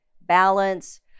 balance